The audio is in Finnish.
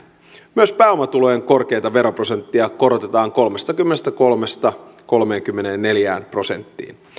myös pääomatulojen korkeinta veroprosenttia korotetaan kolmestakymmenestäkolmesta kolmeenkymmeneenneljään prosenttiin